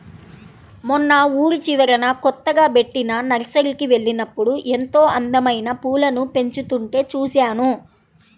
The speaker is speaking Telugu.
మొన్న ఊరి చివరన కొత్తగా బెట్టిన నర్సరీకి వెళ్ళినప్పుడు ఎంతో అందమైన పూలను పెంచుతుంటే చూశాను